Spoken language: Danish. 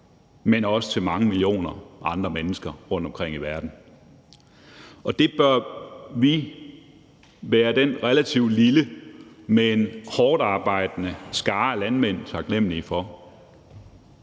men også til mange millioner andre mennesker rundtomkring i verden, og det bør vi være den relativt lille, men hårdtarbejdende skare af landmænd taknemlige for